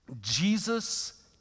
Jesus